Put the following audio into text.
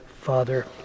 Father